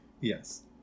yes